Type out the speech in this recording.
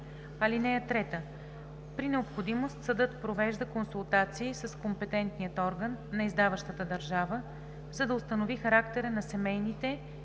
членка. (3) При необходимост съдът провежда консултации с компетентния орган на издаващата държава, за да установи характера на семейните,